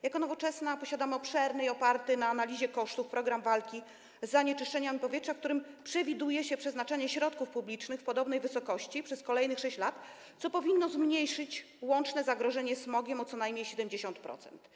Jako Nowoczesna posiadamy obszerny i oparty na analizie kosztów program walki z zanieczyszczeniami powietrza, w którym przewiduje się przeznaczanie środków publicznych w podobnej wysokości przez kolejnych 6 lat, co powinno zmniejszyć łączne zagrożenie smogiem o co najmniej 70%.